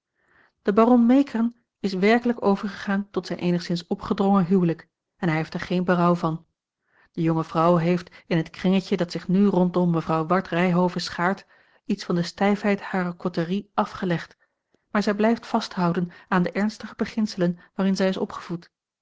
de baron meekern is werkelijk overgegaan tot zijn eenigszins opgedrongen huwelijk en hij heeft er geen berouw van de jonge vrouw heeft in het kringetje dat zich nu rondom mevrouw ward ryhove schaart iets van de stijfheid harer côterie afgelegd maar zij blijft vasthouden aan de ernstige beginselen waarin zij is opgevoed